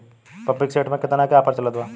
Pumping set पर केतना के ऑफर चलत बा?